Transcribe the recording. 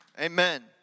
Amen